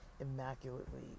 immaculately